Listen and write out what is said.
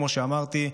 כמו שאמרתי,